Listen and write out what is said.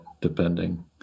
depending